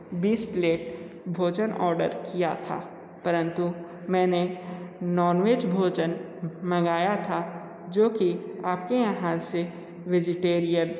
बीस प्लेट भोजन ऑडर किया था परंतु मैंने नॉनवेज भोजन मंगाया था जो की आप के यहाँ से वेजीटेरियन